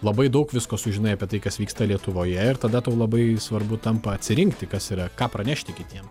labai daug visko sužinai apie tai kas vyksta lietuvoje ir tada tau labai svarbu tampa atsirinkti kas yra ką pranešti kitiem